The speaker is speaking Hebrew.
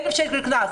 1,000 שקל קנס.